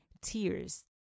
tears